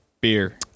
Beer